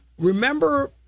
Remember